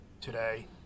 today